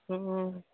हू